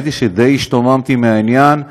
האמת שדי השתוממתי מהעניין,